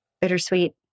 Bittersweet